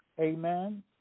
Amen